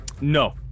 No